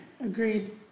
Agreed